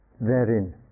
therein